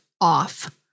off